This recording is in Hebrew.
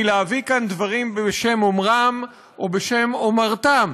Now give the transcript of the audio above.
מלהביא כאן דברים בשם אומרם או בשם אומרתם.